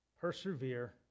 persevere